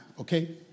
okay